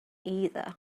either